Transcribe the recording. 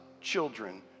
children